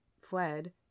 fled